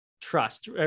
trust